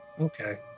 Okay